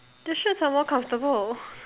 the shirts are more comfortable